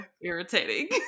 irritating